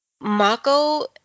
Mako